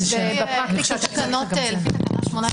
לפי תקנה 18,